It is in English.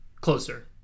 closer